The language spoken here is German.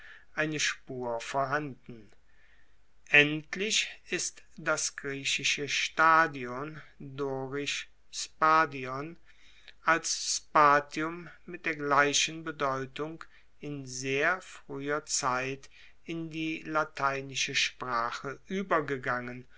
eine spur vorhanden endlich ist das griechische stadion dorisch als spatium mit der gleichen bedeutung in sehr frueher zeit in die lateinische sprache uebergegangen